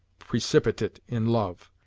precipitate in love,